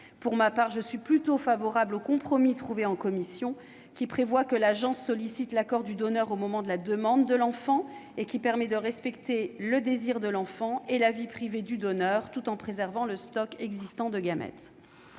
Pour ma part, je suis plutôt favorable au compromis trouvé en commission, qui prévoit que l'agence sollicite l'accord du donneur au moment de la demande de l'enfant, ce qui permet de respecter le désir de l'enfant et la vie privée du donneur, tout en préservant le stock de gamètes